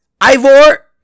Ivor